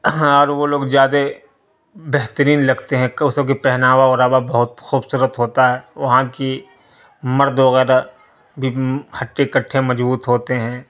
ہاں اور وہ لوگ زیادہ بہترین لگتے ہیں وہ سب کے پہناوا اوڑھاوا بہت خوبصورت ہوتا ہے وہاں کی مرد وغیرہ بھی ہٹے کٹھے مضبوط ہوتے ہیں